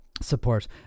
support